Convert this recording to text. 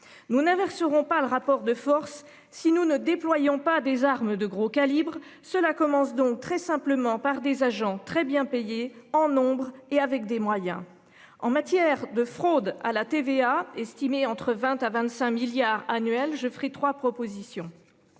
Nous n'inverseront pas le rapport de force, si nous ne déployons pas des armes de gros calibre, cela commence donc très simplement par des agents très bien payé en nombre et avec des moyens en matière de fraude à la TVA estimée entre 20 à 25 milliards annuels je ferais 3 propositions.